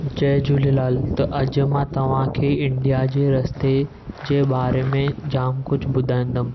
जय झूलेलाल त अॼु मां तव्हांखे इंडिया जे रस्ते जे बारे जाम कुझु बुधाईंदमि